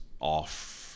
off